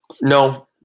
No